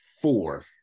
four